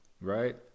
right